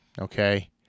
okay